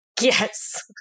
yes